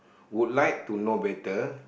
would like to know better